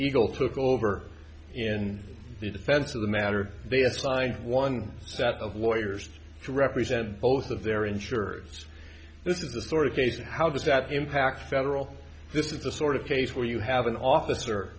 eagle took over in defense of the matter they assigned one set of lawyers to represent both of their insurers this is the sort of case how does that impact federal this is the sort of case where you have an officer